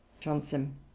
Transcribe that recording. Johnson